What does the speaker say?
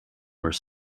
were